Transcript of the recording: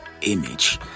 image